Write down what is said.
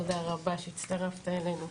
תודה רבה שהצטרפת אלינו.